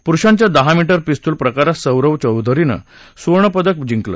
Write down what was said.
पुरुषांच्या दहा मी उ पिस्तूल प्रकारात सौरभ चौधरीनं सुवर्ण पदक जिंकलं